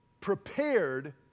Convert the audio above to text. prepared